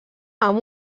amb